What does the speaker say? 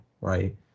right